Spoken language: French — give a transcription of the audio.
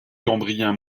cambrien